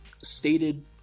stated